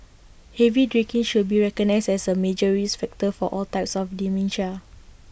heavy drinking should be recognised as A major risk factor for all types of dementia